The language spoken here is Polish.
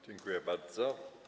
Dziękuję bardzo.